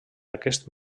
aquest